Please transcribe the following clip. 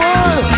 one